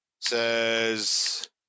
says